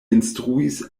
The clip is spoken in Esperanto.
instruis